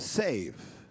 save